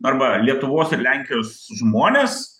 arba lietuvos ir lenkijos žmonės